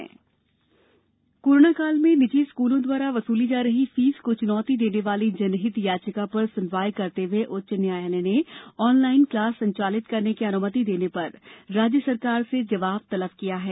school fees high court corona काल में निजी स्कूलों द्वारा वसूली जा रही फीस को चुनौती देने वाली जनहित याचिका पर सुनवाई करते हुए उच्च न्यायालय ने ऑनलाइन क्लास संचालित करने की अनुमति देने पर राज्य सरकार से जवाब तलब किया है